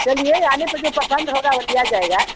चलिए आने पर जो पसंद होगा वह लिया जाएगा